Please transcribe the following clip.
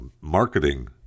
marketing